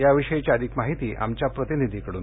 या विषयीची अधिक माहिती आमच्या प्रतिनिधीकडून